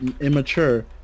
immature